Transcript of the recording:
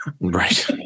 Right